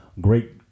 great